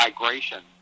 migration